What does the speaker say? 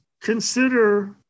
consider